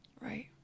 Right